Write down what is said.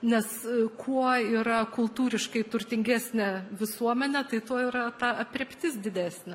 nes kuo yra kultūriškai turtingesnė visuomenė tai tuo yra ta aprėptis didesnė